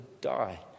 die